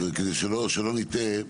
כדי שלא נטעה,